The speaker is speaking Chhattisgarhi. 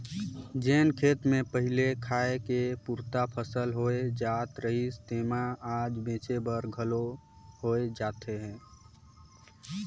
जेन खेत मे पहिली खाए के पुरता फसल होए जात रहिस तेम्हा आज बेंचे बर घलो होए जात हे